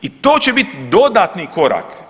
I to će biti dodatni korak.